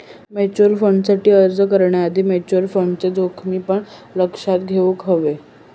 mutual फंडसाठी अर्ज करण्याआधी म्युचल फंडचे जोखमी पण लक्षात घेउक हवे